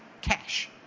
cash